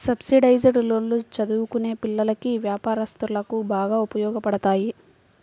subsidised లోన్లు చదువుకునే పిల్లలకి, వ్యాపారస్తులకు బాగా ఉపయోగపడతాయి